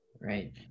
Right